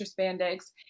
spandex